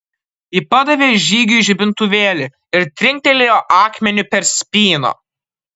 ji padavė žygiui žibintuvėlį ir trinktelėjo akmeniu per spyną